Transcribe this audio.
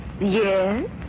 Yes